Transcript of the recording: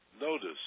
notice